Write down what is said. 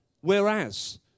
Whereas